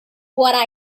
what